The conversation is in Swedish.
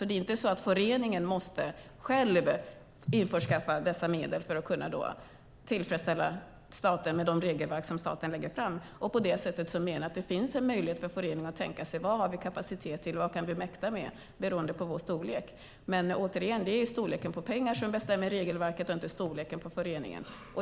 Det är inte så att en förening själv måste införskaffa dessa medel för att tillfredsställa staten med de regelverk som staten lägger fram. På det sättet menar jag att det finns en möjlighet för föreningen att tänka: Vad har vi kapacitet till, och vad kan vi mäkta med beroende på vår storlek? Men återigen är det storleken på pengarna som bestämmer regelverket och inte storleken på föreningen.